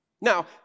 Now